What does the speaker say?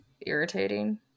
irritating